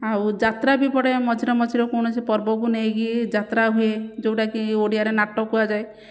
ଆଉ ଯାତ୍ରା ବି ପଡ଼େ ମଝିରେ ମଝିରେ କୌଣସି ପର୍ବକୁ ନେଇକି ଯାତ୍ରା ହୁଏ ଯେଉଁଟା କି ଓଡ଼ିଆରେ ନାଟ କୁହାଯାଏ